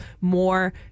more